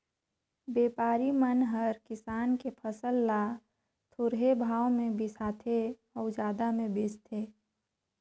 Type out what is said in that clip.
बेपारी मन हर किसान के फसल ल थोरहें भाव मे बिसाथें अउ जादा मे बेचथें